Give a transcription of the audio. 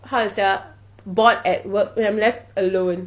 how to say ah bored at work when I'm left alone